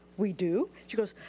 we do. she goes,